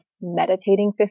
meditating